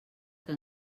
que